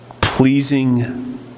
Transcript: Pleasing